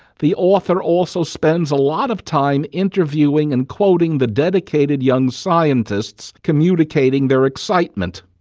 the author also spends a lot of time interviewing and quoting the dedicated young scientists communicating their excitement.